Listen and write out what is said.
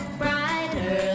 brighter